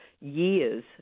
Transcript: years